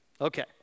Okay